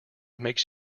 makes